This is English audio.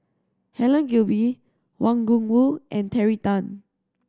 Helen Gilbey Wang Gungwu and Terry Tan